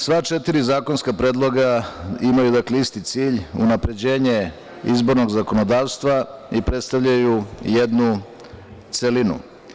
Sva četiri zakonska predloga imaju, dakle, isti cilj - unapređenje izbornog zakonodavstva i predstavljaju jednu celinu.